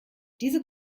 diese